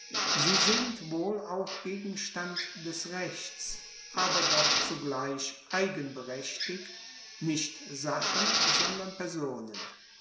sie sind wohl auch gegenstand des rechts aber doch zugleich eigenberechtigt nicht sachen sondern personen